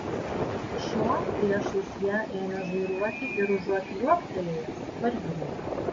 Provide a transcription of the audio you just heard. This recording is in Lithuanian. šuo priešais ją ėmė žvairuoti ir užuot liuoktelėjęs pargriuvo